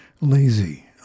Lazy